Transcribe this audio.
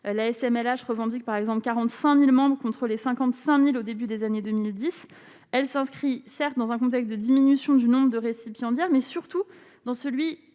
là je revendique par exemple 45000 membres contre les 55000 au début des années 2010, elle s'inscrit certes dans un contexte de diminution du nombre de récipiendaires mais surtout dans celui